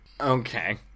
Okay